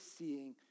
seeing